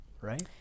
right